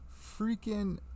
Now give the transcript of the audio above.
freaking